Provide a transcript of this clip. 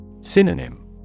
Synonym